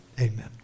amen